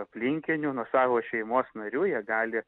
aplinkinių nuo savo šeimos narių jie gali